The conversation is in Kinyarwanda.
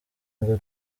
ngo